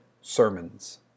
sermons